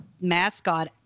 mascot